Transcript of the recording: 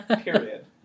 period